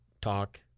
talk